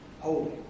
holy